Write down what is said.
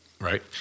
Right